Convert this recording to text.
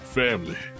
family